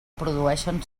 produïxen